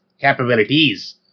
capabilities